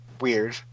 weird